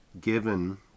given